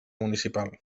municipal